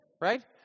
Right